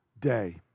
day